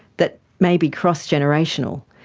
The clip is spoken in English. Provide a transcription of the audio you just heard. that may be cross-generational.